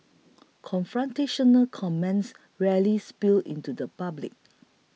confrontational comments rarely spill into the public